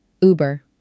Uber